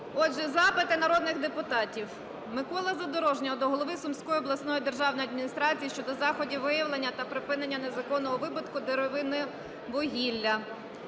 Отже, запити народних депутатів. Миколи Задорожнього до голови Сумської обласної державної адміністрації щодо заходів виявлення та припинення незаконного видобутку деревинного вугілля.